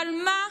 אבל מה?